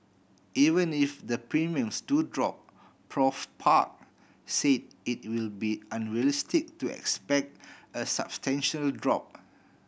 even if the premiums do drop Prof Park said it will be unrealistic to expect a substantial drop